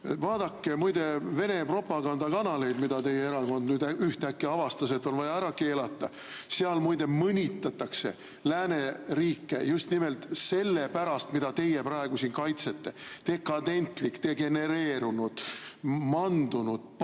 Vaadake, muide, Vene propagandakanaleid. Teie erakond nüüd ühtäkki avastas, et need on vaja ära keelata. Seal, muide, mõnitatakse lääneriike just nimelt selle pärast, mida teie praegu siin kaitsete: dekadentlik, degenereerunud, mandunud, patus